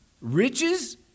riches